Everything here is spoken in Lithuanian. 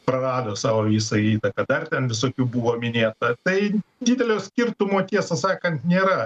prarado savo visą įtaką dar ten visokių buvo minėta tai didelio skirtumo tiesą sakant nėra